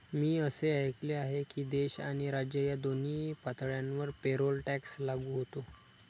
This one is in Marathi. मी असे ऐकले आहे की देश आणि राज्य या दोन्ही पातळ्यांवर पेरोल टॅक्स लागू होतो